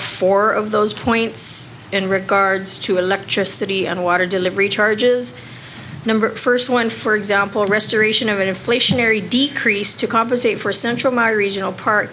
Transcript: four of those points in regards to electricity and water delivery charges number first one for example restoration of a deflationary decrease to compensate for central my regional part